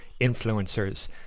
influencers